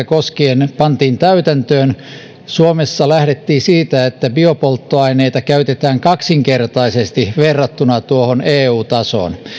koskien vuotta kaksituhattakaksikymmentä pantiin täytäntöön suomessa lähdettiin siitä että biopolttoaineita käytetään kaksinkertaisesti verrattuna eu tasoon